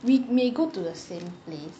we may go to the same place your friends